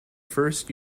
first